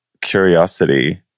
curiosity